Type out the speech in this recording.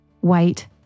white